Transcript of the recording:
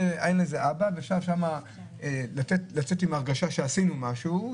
ואפשר שם לצאת עם הרגשה שעשינו משהו,